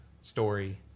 story